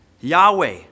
Yahweh